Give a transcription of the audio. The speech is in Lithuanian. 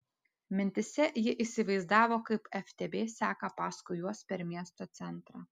mintyse ji įsivaizdavo kaip ftb seka paskui juos per miesto centrą